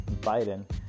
Biden